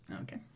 Okay